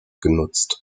genutzt